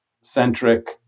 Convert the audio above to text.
centric